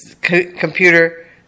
computer